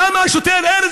למה השוטר ארז,